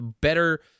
better